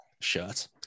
shirt